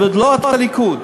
ולא את הליכוד.